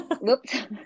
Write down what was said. whoops